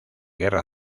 guerra